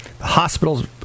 hospitals